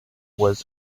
was